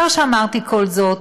לאחר שאמרתי כל זאת,